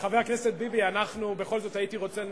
אנחנו פה מרכיבים את